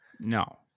No